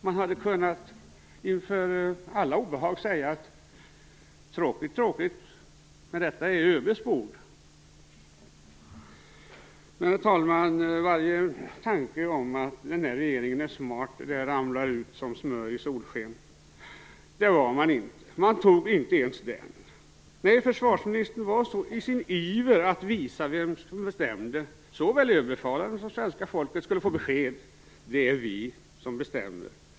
Man hade inför alla obehag kunnat säga att det var tråkigt men att detta är ÖB:s bord. Fru talman! Varje tanke om att regeringen är smart rinner ut som smör i solsken. Man var inte smart. Man tog inte ens det förslaget. Nej, försvarsministern var ivrig att visa vem som bestämde, och såväl Överbefälhavaren som svenska folket skulle få besked: Det är vi som bestämmer.